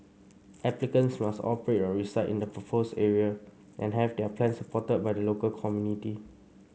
applicants must operate or reside in the proposed area and have their plans supported by the local community